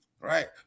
right